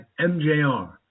mjr